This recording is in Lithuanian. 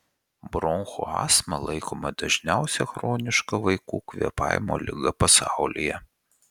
bronchų astma laikoma dažniausia chroniška vaikų kvėpavimo liga pasaulyje